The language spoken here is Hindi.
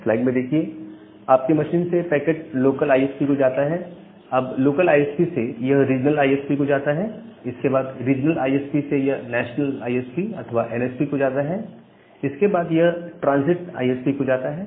स्लाइड में देखिए आपके मशीन से पैकेट लोकल आईएसपी को जाता है अब लोकल आईएसपी से यह रीजनल आईएसपी को जाता है इसके बाद रीजनल आईएसपी से यह नेशनल आईएसपी अथवा एनएसपी को जाता है और फिर इसके बाद यह ट्रांसिट आईएसपी को जाता है